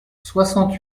soixante